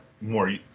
more